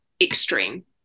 extreme